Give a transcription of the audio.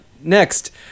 Next